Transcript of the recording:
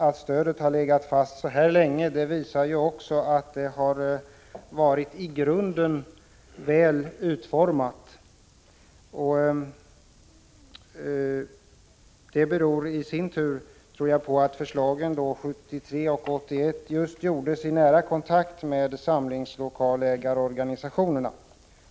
Att stödet så länge har varit utformat på samma sätt visar också att det har varit i grunden väl utformat. Jag tror att det i sin tur beror på att förslagen 1973 och 1981 utarbetades i nära kontakt med samlingslokalägarorganisationerna.